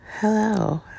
Hello